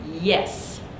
Yes